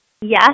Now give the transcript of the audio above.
Yes